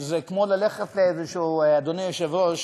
זה כמו ללכת, אדוני היושב-ראש,